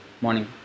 morning